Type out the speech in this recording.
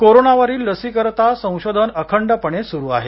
कोरोनावरील लसीकरिता संशोधन अखंडपणे सुरु आहे